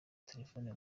telefoni